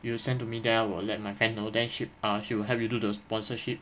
you send to me then I will let my friend know then she she will help you do the sponsorship